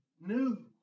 New